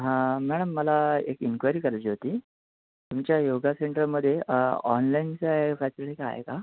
हां मॅडम मला एक इन्क्वायरी करायची होती तुमच्या योगा सेंटरमध्ये ऑनलाईनच्या फॅसिलीटी आहे का